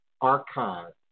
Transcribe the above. archive